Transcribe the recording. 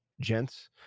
gents